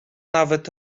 nawet